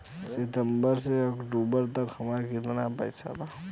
सितंबर से अक्टूबर तक हमार कितना पैसा बा?